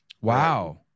wow